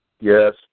Yes